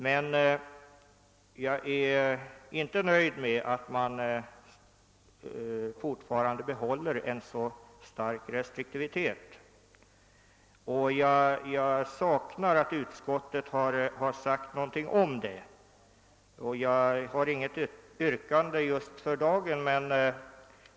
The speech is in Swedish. Men jag är inte nöjd med att man fortfarande behåller en så stark restriktivitet, och jag saknar på den punkten ett uttalande av utskottet. Jag har för dagen inget yrkande.